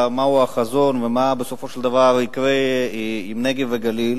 מהו החזון ומה בסופו של דבר יקרה עם הנגב והגליל